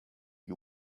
you